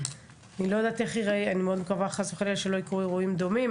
אני מאוד מקווה חס וחלילה שלא יקרו אירועים דומים,